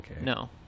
no